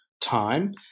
time